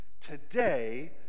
today